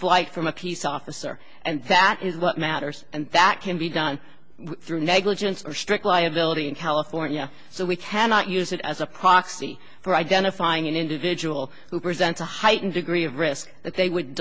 flight from a police officer and that is what matters and that can be done through negligence or strict liability in california so we cannot use it as a proxy for identifying an individual who present a heightened degree of risk that they would